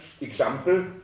example